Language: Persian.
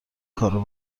کارو